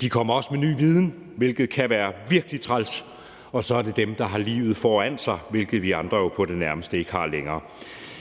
andet kommer de med ny viden, hvilket kan være virkelig træls, og for det tredje er det dem, der har livet foran sig, hvilket vi andre jo på det nærmeste ikke har længere.